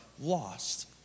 lost